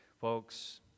folks